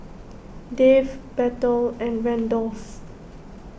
Dave Bethel and Randolph